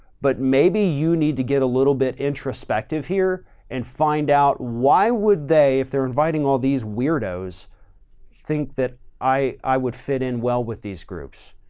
but maybe you need to get a little bit introspective here and find out why would they, if they're inviting all these weirdos think that i would fit in. well with these groups,